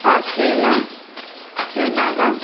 Australia Canada